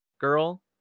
girl